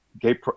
Gay